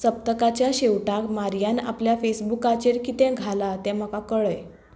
सप्तकाच्या शेवटाक मारीयान आपल्या फेसबुकाचेर कितें घाला तें म्हाका कळय